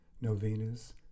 novenas